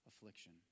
affliction